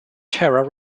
tara